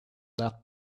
that